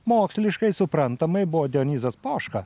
moksliškai suprantamai buvo dionizas poška